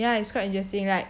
ya it's quite interesting like